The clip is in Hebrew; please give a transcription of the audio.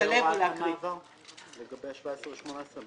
מה אמרת לגבי ה-2017 ו-2018?